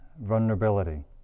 vulnerability